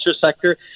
sector